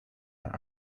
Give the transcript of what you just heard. are